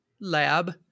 lab